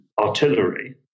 artillery